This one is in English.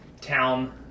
town